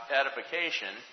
edification